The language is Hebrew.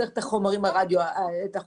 צריך את החומרים הרדיו-אקטיביים,